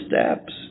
steps